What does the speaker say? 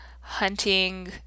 hunting